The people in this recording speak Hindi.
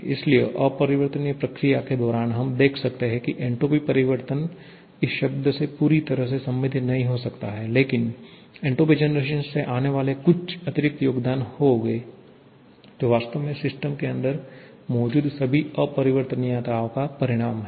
इसलिए अपरिवर्तनीय प्रक्रिया के दौरान हम देख सकते हैं कि एन्ट्रापी परिवर्तन इस शब्द से पूरी तरह से संबंधित नहीं हो सकता है लेकिन एन्ट्रापी जनरेशन से आने वाले कुछ अतिरिक्त योगदान होंगे जो वास्तव में सिस्टम के अंदर मौजूद सभी अपरिवर्तनीयताओं का परिणाम है